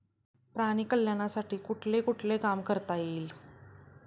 प्राणी कल्याणासाठी कुठले कुठले काम करता येईल?